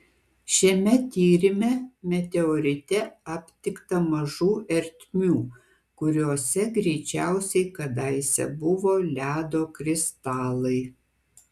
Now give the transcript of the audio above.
šiame tyrime meteorite aptikta mažų ertmių kuriose greičiausiai kadaise buvo ledo kristalai